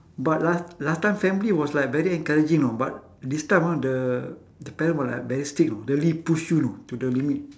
but last last time family was like very encouraging know but this time ah the the parent will like very strict know really push you know to the limit